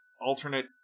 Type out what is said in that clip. alternate